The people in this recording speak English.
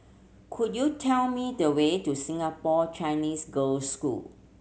could you tell me the way to Singapore Chinese Girls' School